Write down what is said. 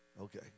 Okay